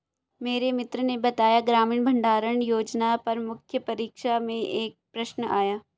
मेरे मित्र ने बताया ग्रामीण भंडारण योजना पर मुख्य परीक्षा में एक प्रश्न आया